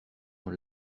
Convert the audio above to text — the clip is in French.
dans